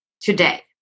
today